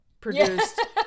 produced